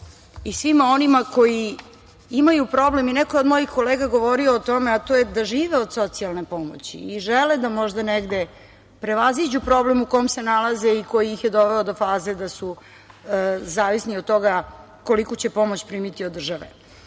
i svima onima koji imaju problem, neko je od mojih kolega govorio o tome, a to je da žive od socijalne pomoći i žele da možda negde prevaziđu problem u kom se nalaze i koji ih je doveo do faze da su zavisni od toga koliku će pomoć primiti od države. Sa